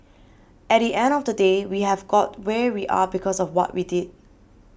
at the end of the day we have got where we are because of what we did